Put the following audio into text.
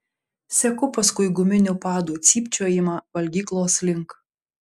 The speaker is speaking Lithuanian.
seku paskui guminių padų cypčiojimą valgyklos link